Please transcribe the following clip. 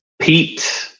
Pete